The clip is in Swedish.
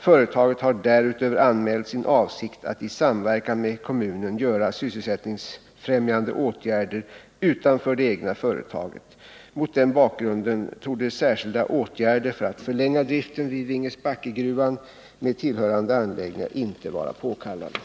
Företaget har därutöver anmält sin avsikt att i samverkan med kommunen göra sysselsättningsfrämjande åtgärder utanför det egna företaget. Mot den bakgrunden torde särskilda åtgärder för att förlänga driften vid Vingesbackegruvan med tillhörande anläggningar inte vara påkallade.